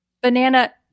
banana